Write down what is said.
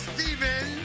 Steven